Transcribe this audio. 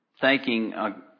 thanking